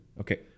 Okay